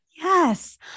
Yes